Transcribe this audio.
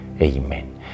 Amen